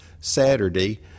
Saturday